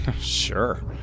Sure